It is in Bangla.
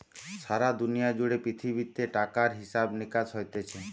সারা দুনিয়া জুড়ে পৃথিবীতে টাকার হিসাব নিকাস হতিছে